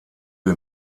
wie